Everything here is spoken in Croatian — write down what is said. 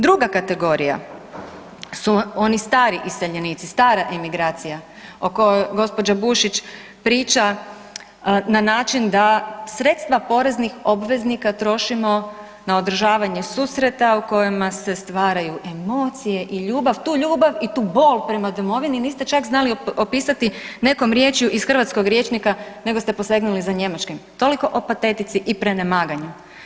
Druga kategorija su oni stari iseljenici, stara emigracija o kojoj gospođa Bušić priča na način da sredstava poreznih obveznika trošimo na održavanje susreta u kojima se stvaraju emocije i ljubav, tu ljubav i tu bol prema domovini niste čak znali opisati nekom riječju iz hrvatskog rječnika nego ste posegnuli za njemačkim, toliko o patetici i prenemaganju.